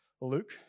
Luke